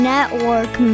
Network